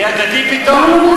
נהיה דתי פתאום?